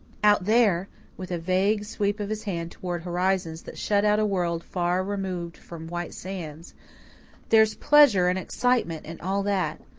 out there with a vague sweep of his hand towards horizons that shut out a world far removed from white sands there's pleasure and excitement and all that.